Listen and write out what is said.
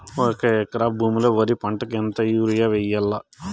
ఒక ఎకరా భూమిలో వరి పంటకు ఎంత యూరియ వేయల్లా?